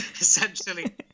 essentially